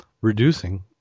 reducing